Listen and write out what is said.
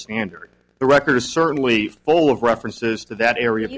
standard the record is certainly full of references to that area